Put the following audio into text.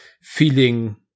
feeling